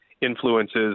influences